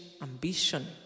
ambition